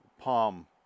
Palm